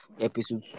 episode